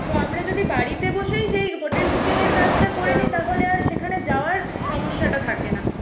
তো আমরা যদি বাড়িতে বসেই সেই হোটেল বুকিংয়ের কাজটা করে নিই তাহলে আর সেখানে যাওয়ার সমস্যাটা থাকে না